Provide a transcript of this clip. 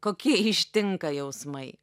kokie ištinka jausmai